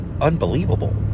unbelievable